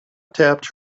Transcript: tapped